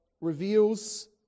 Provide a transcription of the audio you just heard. reveals